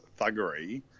thuggery